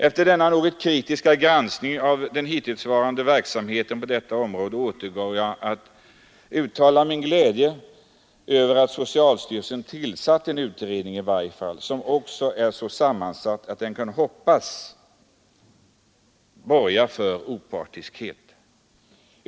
Efter denna något kritiska granskning av den hittillsvarande verksamheten på detta område övergår jag till att uttala min glädje över att socialstyrelsen har tillsatt en utredning, som är så sammansatt att man kan hoppas att det borgar för opartiskhet.